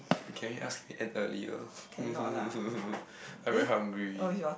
can you ask if we end earlier I'm very hungry